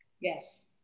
Yes